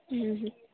ହୁଁ ହୁଁ